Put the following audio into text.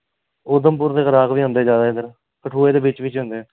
उधमपुर दे गाह्क गै औंदे जैदा इद्धर कठुए दे बिच बिच औंदे